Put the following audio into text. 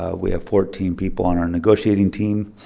ah we have fourteen people on our negotiating team,